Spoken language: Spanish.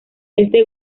este